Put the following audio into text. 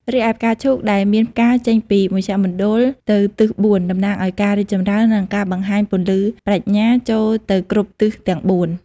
រីឯ ផ្កាឈូកដែលមានផ្កាចេញពីមជ្ឈមណ្ឌលទៅទិសបួន តំណាងឲ្យការរីកចម្រើន និងការបង្ហាញពន្លឺប្រាជ្ញាចូលទៅគ្រប់ទិសទាំងបួន។